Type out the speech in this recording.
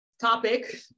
topic